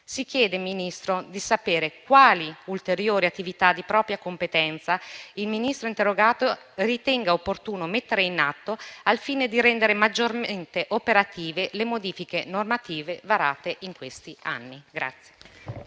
si chiede di sapere quali ulteriori attività di propria competenza il Ministro in indirizzo ritenga opportuno mettere in atto al fine di rendere maggiormente operative le modifiche normative varate in questi anni.